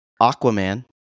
Aquaman